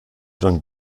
dann